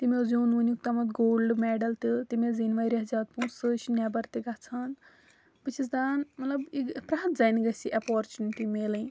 تٔمۍ حظ زیٛوٗن وُنیٛک تامَتھ گولڈ میٚڈَل تہِ تٔمۍ حظ زیٖنۍ واریاہ زیادٕ پونٛسہٕ سۄ حظ چھِ نیٚبَر تہِ گژھان بہٕ چھیٚس دَپان مطلب یہِ پرٛیٚتھ زَنہِ گژھہِ یہِ اپَرچونِٹی میلٕنۍ